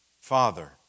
Father